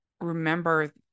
remember